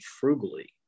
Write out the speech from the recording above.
frugally